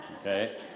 Okay